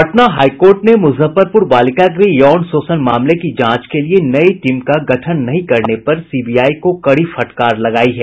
Patna high court ने मुजफ्फरपुर बालिका गृह यौन शोषण मामले की जांच के लिए नई टीम का गठन नहीं करने पर सीबीआई को कड़ी फटकार लगायी है